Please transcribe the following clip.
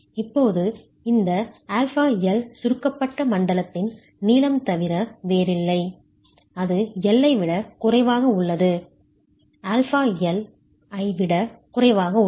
இப்போது இந்த αL சுருக்கப்பட்ட மண்டலத்தின் நீளம் தவிர வேறில்லை அது L ஐ விட குறைவாக உள்ளது α 1 ஐ விடக் குறைவாக உள்ளது